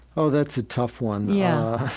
oh, that's a tough one. yeah